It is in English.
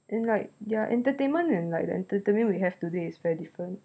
then like ya entertainment and like the entertainment we have today is very different